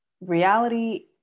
reality